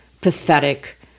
pathetic